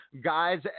guys